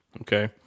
Okay